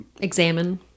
Examine